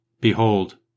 Behold